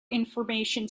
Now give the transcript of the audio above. information